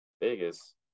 Vegas